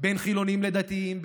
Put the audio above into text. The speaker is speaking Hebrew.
לחילונים ולדתיים,